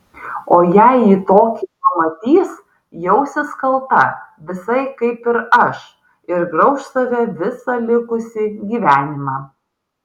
o jei ji tokį jį pamatys jausis kalta visai kaip ir aš ir grauš save visą likusį gyvenimą